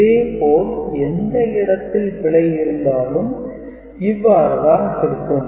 இதேபோல் எந்த இடத்தில் பிழை இருந்தாலும் இவ்வாறு தான் திருத்தும்